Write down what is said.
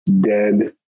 dead